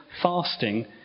fasting